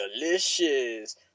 delicious